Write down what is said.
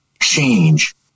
change